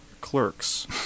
Clerks